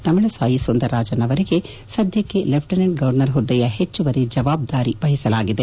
ತಮಿಳುಸಾಯಿ ಸುಂದರರಾಜನ್ ಅವರಿಗೆ ಸದ್ದಕ್ಷೆ lieutenant governor ಹುದ್ದೆಯ ಹೆಚ್ಚುವರಿ ಜವಾಬ್ದಾರಿಯನ್ನು ವಹಿಸಲಾಗಿದೆ